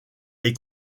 est